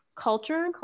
culture